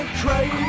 crazy